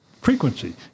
frequency